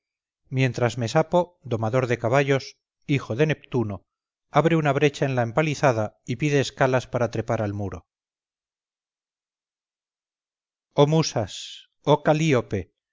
mientras mesapo domador de caballos hijo de neptuno abre una brecha en la empalizada y pide escalas para trepar al muro oh musas oh calíope